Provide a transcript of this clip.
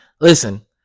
listen